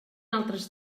altres